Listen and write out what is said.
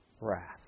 wrath